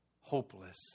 hopeless